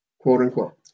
quote-unquote